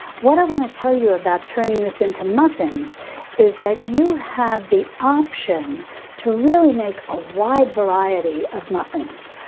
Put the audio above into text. what i want to tell you about turning this into muffins is that you have the option to really make a wide variety of muffins.